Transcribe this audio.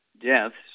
deaths